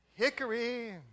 Hickory